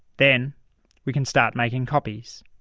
then we can start making copies.